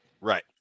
Right